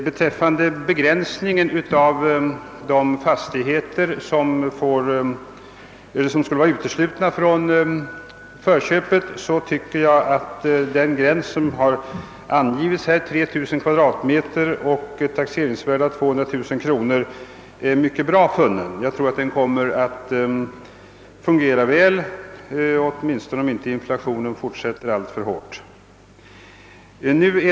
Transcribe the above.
Beträffande begränsningen av de fastigheter som skulle vara uteslutna från förköp tycker jag att den gräns som har angivits, d.v.s. 3000 m? och ett taxeringsvärde av 200 000 kronor, är mycket bra funnen. Jag tror att den kommer att fungera väl, åtminstone om inte inflationen fortsätter alltför hårt.